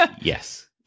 Yes